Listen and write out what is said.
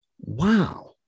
Wow